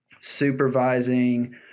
supervising